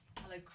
hello